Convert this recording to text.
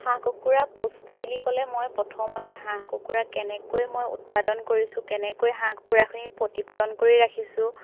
হাঁহ কুকুৰাৰ পুষ্টি বুলি ক'লে মই প্ৰথমতে হাঁহ কুকুৰা কেনেকৈ মই উৎপাদন কৰিছোঁ কেনেকৈ হাঁহ কুকুৰাখিনি প্ৰতিপালন কৰি ৰাখিছোঁ